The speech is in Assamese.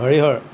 হৰিহৰ